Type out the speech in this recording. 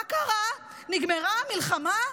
מה קרה, נגמרה המלחמה?